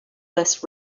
less